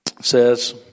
says